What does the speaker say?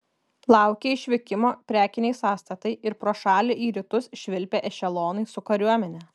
laukė išvykimo prekiniai sąstatai ir pro šalį į rytus švilpė ešelonai su kariuomene